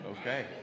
Okay